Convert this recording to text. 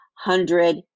hundred